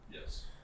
Yes